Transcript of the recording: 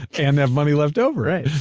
and have money leftover. right?